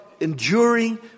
enduring